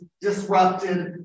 disrupted